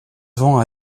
vend